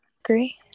Agree